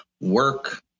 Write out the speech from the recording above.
work